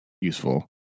useful